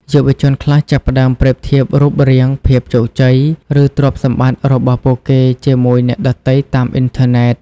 យុវជនខ្លះចាប់ផ្តើមប្រៀបធៀបរូបរាង ភាពជោគជ័យ ឬទ្រព្យសម្បត្តិរបស់ពួកគេជាមួយអ្នកដទៃតាមអ៊ីនធឺណិត។